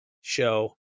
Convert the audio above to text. show